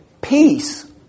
Peace